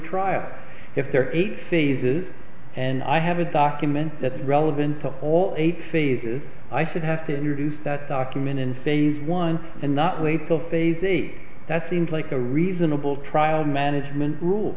trial if there are eight phases and i have a document that is relevant to all eight phases i should have to introduce that document in phase one and not wait till phase eight that seems like a reasonable trial management rule